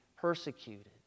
persecuted